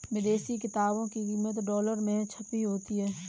विदेशी किताबों की कीमत डॉलर में छपी होती है